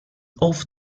off